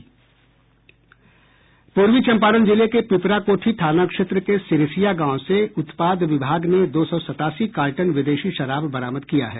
पूर्वी चंपारण जिले के पिपराकोठी थाना क्षेत्र के सिरिसिया गांव से उत्पाद विभाग ने दो सौ सतासी कार्टन विदेशी शराब बरामद किया है